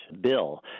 bill